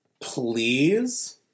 Please